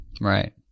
Right